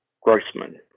Grossman